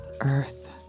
earth